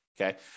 Okay